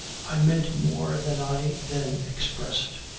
i meant more than i then expressed,